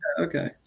Okay